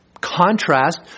contrast